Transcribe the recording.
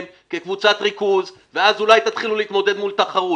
כקבוצת ריכוז ואז אולי תתחילו להתמודד מול תחרות.